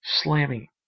slamming